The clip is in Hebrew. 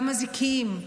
גם מזיקים,